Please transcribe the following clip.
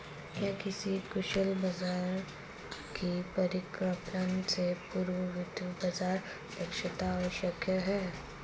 क्या किसी कुशल बाजार की परिकल्पना से पूर्व वित्तीय बाजार दक्षता आवश्यक है?